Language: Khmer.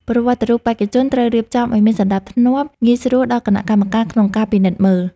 ប្រវត្តិរូបបេក្ខជនត្រូវរៀបចំឱ្យមានសណ្ដាប់ធ្នាប់ងាយស្រួលដល់គណៈកម្មការក្នុងការពិនិត្យមើល។